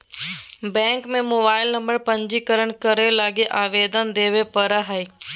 bank में mobile number पंजीकरण करे लगी आवेदन देबे पड़ो हइ